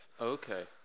Okay